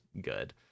good